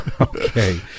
Okay